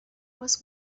was